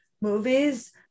movies